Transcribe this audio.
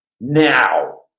Now